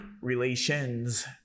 relations